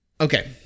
Okay